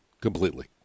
completely